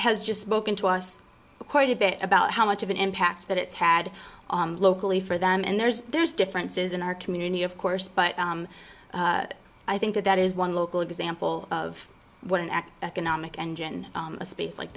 has just spoken to us quite a bit about how much of an impact that it's had locally for them and there's there's differences in our community of course but i think that that is one local example of what an economic engine a space like